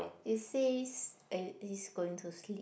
it says it's going to sleep